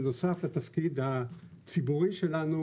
בנוסף לתפקיד הציבורי שלנו,